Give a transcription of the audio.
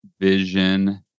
vision